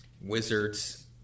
Wizards